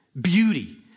beauty